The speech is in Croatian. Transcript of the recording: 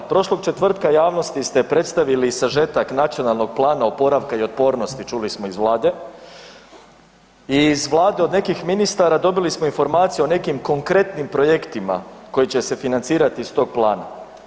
Prošlog četvrtka javnosti ste predstavili sažetak nacionalnog plana oporavka i otpornosti, čuli smo iz Vlade, i iz Vlade od onih ministara dobili smo informaciju o nekim konkretnim projektima koji će se financirati iz tog plana.